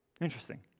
Interesting